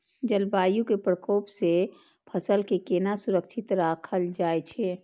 जलवायु के प्रकोप से फसल के केना सुरक्षित राखल जाय छै?